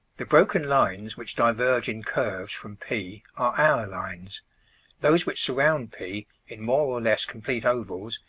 the broken lines which diverge in curves from p are hour lines those which surround p in more or less complete ovals,